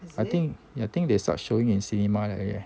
I think I think they start showing in cinema already leh